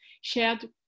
shared